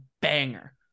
banger